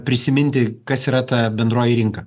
prisiminti kas yra ta bendroji rinka